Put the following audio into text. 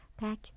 back